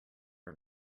are